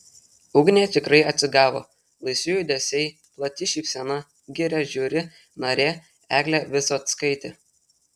ugnė tikrai atsigavo laisvi judesiai plati šypsena giria žiuri narė eglė visockaitė